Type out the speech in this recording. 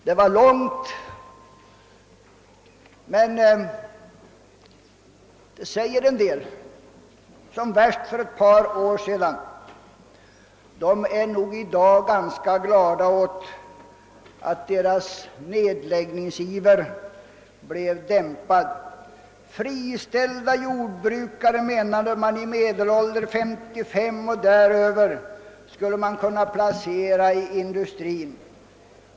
Det är ett långt ord men det säger en del. Dessa personer är nog i dag ganska glada för att deras nedläggningsiver blev dämpad. Man menade, att friställda jordbrukare i åldern över 55 år skulle kunna placeras inom industrin.